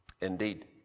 indeed